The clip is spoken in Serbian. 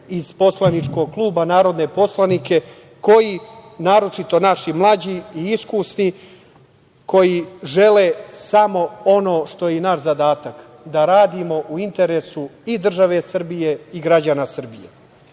iz poslaničkog kluba narodne poslanike koji, naročito naši mlađi i iskusni, koji žele samo ono što je naš zadatak, da radimo u interesu i države Srbije i građana Srbije. Da